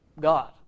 God